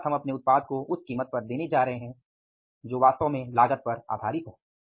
अर्थात हम अपने उत्पाद को उस कीमत पर देने जा रहे हैं जो वास्तव में लागत पर आधारित है